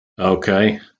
Okay